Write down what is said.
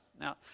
Now